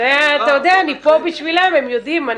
אתה יודע, אני פה בשבילם, הם יודעים.